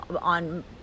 on